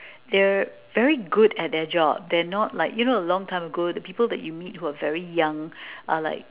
they're very good at their job they're not like you know a long time ago the people that you meet who are very young are like